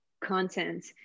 content